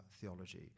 theology